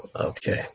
okay